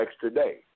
today